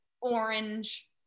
orange